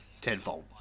tenfold